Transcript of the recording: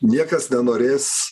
niekas nenorės